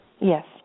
Yes